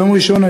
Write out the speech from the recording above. ביום ראשון,